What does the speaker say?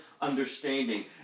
understanding